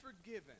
forgiven